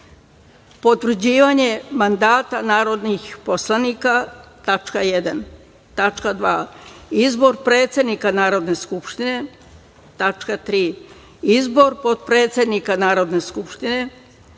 Potvrđivanje mandata narodnih poslanika,2. Izbor predsednika Narodne skupštine,3. Izbor potpredsednika Narodne skupštine,4.